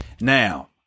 Now